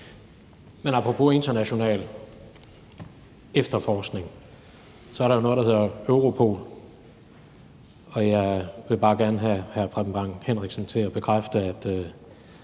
Apropos den internationale efterforskning er der jo noget, der hedder Europol. Jeg vil bare gerne have hr. Preben Bang Henriksen til at bekræfte, at